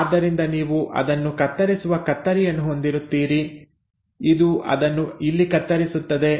ಆದ್ದರಿಂದ ನೀವು ಅದನ್ನು ಕತ್ತರಿಸುವ ಕತ್ತರಿಯನ್ನು ಹೊಂದಿರುತ್ತೀರಿ ಇದು ಅದನ್ನು ಇಲ್ಲಿ ಕತ್ತರಿಸುತ್ತದೆ